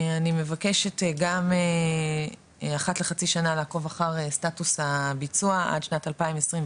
אני מבקשת גם אחת לחצי שנה לעקוב אחר סטטוס הביצוע עד שנת 2026,